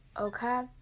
Okay